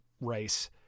race